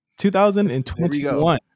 2021